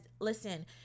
listen